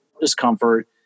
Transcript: discomfort